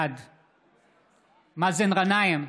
בעד מאזן גנאים,